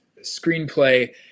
screenplay